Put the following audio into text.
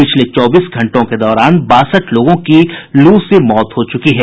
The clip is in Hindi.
पिछले चौबीस घंटों के दौरान बासठ लोगों की लू से मौत हो चुकी है